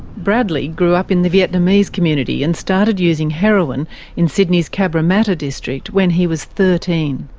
bradley grew up in the vietnamese community and started using heroin in sydney's cabramatta district when he was thirteen.